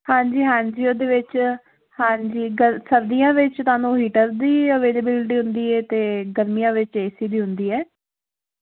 ਹਾਂਜੀ ਹਾਂਜੀ ਉਹਦੇ ਵਿੱਚ ਹਾਂਜੀ ਸਰਦੀਆਂ ਵਿੱਚ ਤੁਹਾਨੂੰ ਹਿਟਰਸ ਦੀ ਅਵੇਲੇਬਿਲਟੀ ਹੁੰਦੀ ਐ ਤੇ ਗਰਮੀਆਂ ਵਿੱਚ ਏਸੀ ਵੀ ਹੁੰਦੀ ਹੈ